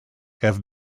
have